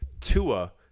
Tua